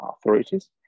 authorities